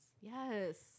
Yes